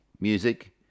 music